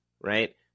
right